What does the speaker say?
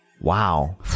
wow